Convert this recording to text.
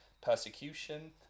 persecution